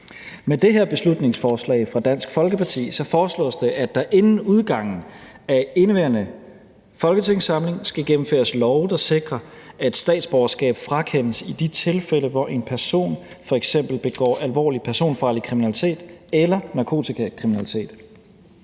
Med det her beslutningsforslag fra Dansk Folkeparti foreslås det, at der inden udgangen af indeværende folketingssamling skal gennemføres love, der sikrer, at statsborgerskab frakendes i de tilfælde, hvor en person f.eks. begår alvorlig personfarlig kriminalitet eller narkotikakriminalitet.